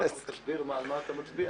כמו כן, תסביר על מה אתה מצביע.